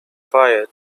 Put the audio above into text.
fire